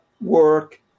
work